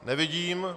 Nevidím.